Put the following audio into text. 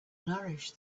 nourish